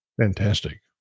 Fantastic